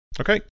Okay